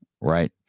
Right